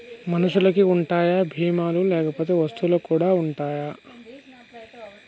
మనుషులకి ఉంటాయా బీమా లు లేకపోతే వస్తువులకు కూడా ఉంటయా?